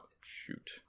shoot